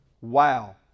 Wow